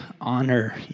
honor